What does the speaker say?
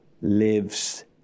lives